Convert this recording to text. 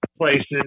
places